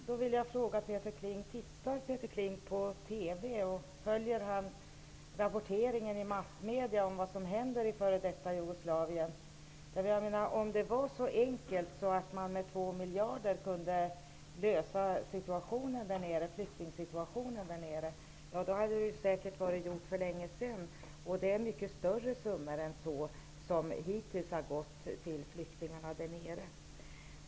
Herr talman! Jag vill fråga Peter Kling: Tittar Peter Kling på TV och följer han rapporteringen i massmedierna om vad som händer i f.d. Jugoslavien? Om det vore så enkelt att man med 2 miljarder kunde lösa problemen med flyktingsituationen där nere hade det säkert varit gjort för länge sedan. Det är mycket större summor än så som hittills har gått till flyktingarna där nere.